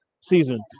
season